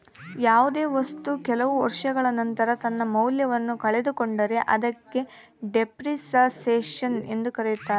ಯಾವುದೇ ವಸ್ತು ಕೆಲವು ವರ್ಷಗಳ ನಂತರ ತನ್ನ ಮೌಲ್ಯವನ್ನು ಕಳೆದುಕೊಂಡರೆ ಅದಕ್ಕೆ ಡೆಪ್ರಿಸಸೇಷನ್ ಎಂದು ಕರೆಯುತ್ತಾರೆ